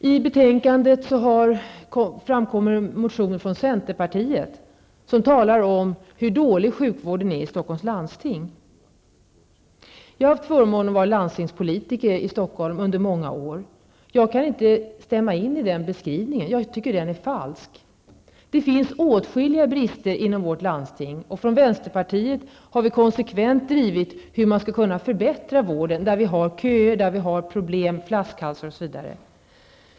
I betänkandet behandlas motioner från centerpartiet, som handlar om hur dålig sjukvården är i Stockholms läns landsting. Jag har haft förmånen att under många år ha varit landstingspolitiker i Stockholm, men jag kan inte instämma i den beskrivningen. Jag tycker att den är falsk. Det finns åtskilliga brister inom vårt landsting, och vi i vänsterpartiet har konsekvent drivit frågan om hur vården skall kunna förbättras där det finns köer, problem, flaskhalsar osv.